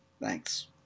Thanks